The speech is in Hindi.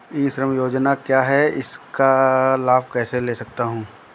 ई श्रम योजना क्या है मैं इसका लाभ कैसे ले सकता हूँ?